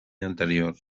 anterior